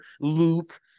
Luke